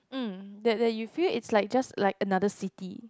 mm that that you feel it's like just like another city